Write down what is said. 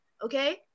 Okay